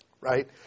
right